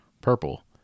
purple